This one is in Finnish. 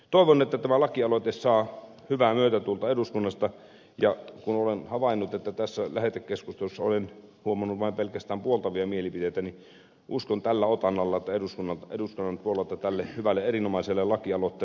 toivon että tämä lakialoite saa hyvää myötätuulta eduskunnasta ja kun olen havainnut että tässä lähetekeskustelussa on ollut vain pelkästään puoltavia mielipiteitä niin uskon tällä otannalla että eduskunnan puolelta tälle hyvälle erinomaiselle lakialoitteelle on vahva tuki